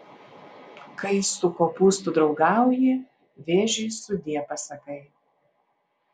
kai su kopūstu draugauji vėžiui sudie pasakai